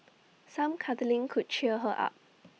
some cuddling could cheer her up